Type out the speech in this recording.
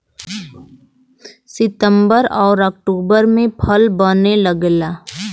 सितंबर आउर अक्टूबर में फल बने लगला